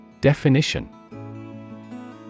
Definition